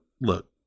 look